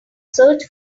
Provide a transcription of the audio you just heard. search